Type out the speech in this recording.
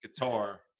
guitar